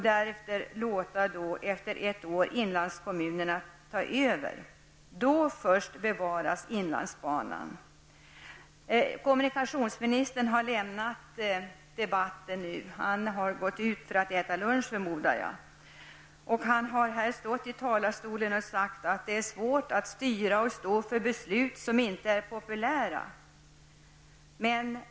Därefter -- efter ett år -- bör man låta inlandskommunerna ta över. Då först bevaras inlandsbanan! Kommunikationsministern har nu lämnat debatten; jag förmodar att han gått ut för att äta lunch. Han har här stått i talarstolen och sagt att det är svårt att styra och stå för beslut som inte är populära.